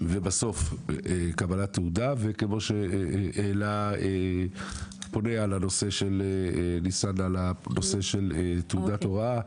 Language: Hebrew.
ובסוף קבלת תעודה וכמו שהעלה הפונה על הנושא של תעודת הוראה,